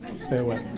stay away.